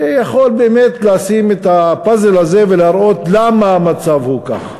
שיכול באמת לשים את הפאזל הזה ולהראות למה המצב הוא כך,